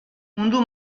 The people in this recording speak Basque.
mundu